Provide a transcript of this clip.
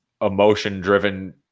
emotion-driven